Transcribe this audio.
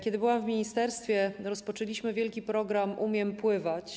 Kiedy byłam w ministerstwie, rozpoczęliśmy wielki program ˝Umiem pływać˝